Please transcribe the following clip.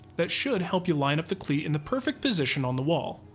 that should help you line up the cleat in the perfect position on the wall.